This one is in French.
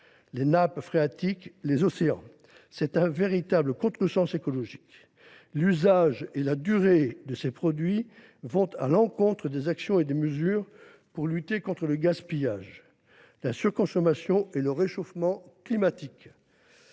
les nappes phréatiques et les océans. C’est un véritable contresens écologique. L’usage et la durée de vie de ces produits vont à l’encontre des actions et des mesures pour lutter contre le gaspillage, la surconsommation et le réchauffement climatique.